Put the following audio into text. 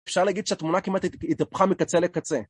אפשר להגיד שהתמונה כמעט התהפכה מקצה לקצה.